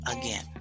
Again